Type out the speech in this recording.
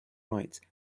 right